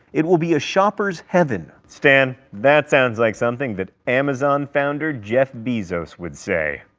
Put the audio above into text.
it will be a shopper's heaven. stan, that sounds like something that amazon founder jeff bezos would say.